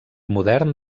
modern